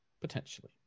Potentially